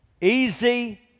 Easy